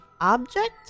object